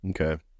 okay